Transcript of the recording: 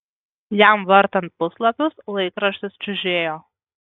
jam vartant puslapius laikraštis čiužėjo